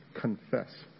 confess